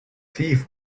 thief